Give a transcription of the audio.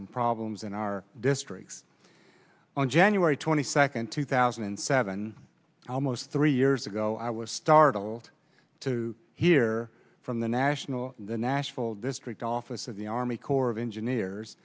some problems in our district on january twenty second two thousand and seven almost three years ago i was startled to hear from the national the national district office of the army corps of engineers